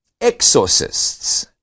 exorcists